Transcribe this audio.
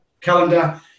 calendar